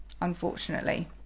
unfortunately